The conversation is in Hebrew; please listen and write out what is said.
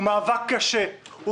הוא מאבק קשה,